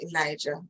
Elijah